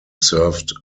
served